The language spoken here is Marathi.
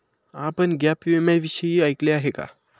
आपण गॅप विम्याविषयी ऐकले आहे का?